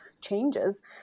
changes